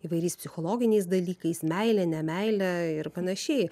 įvairiais psichologiniais dalykais meile nemeile ir panašiai